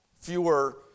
fewer